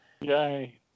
Yay